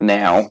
now